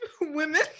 women